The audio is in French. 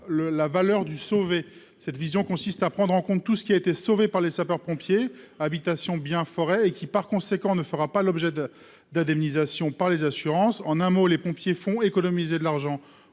la « valeur du sauvé ». Cette vision consiste à prendre en considération tout ce qui a été sauvé par les sapeurs-pompiers- habitations, biens, forêts -et qui, par conséquent, ne fera pas l'objet d'indemnisation de la part des assurances. En un mot, les pompiers font économiser de l'argent